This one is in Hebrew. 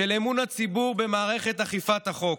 באמון הציבור במערכת אכיפת החוק.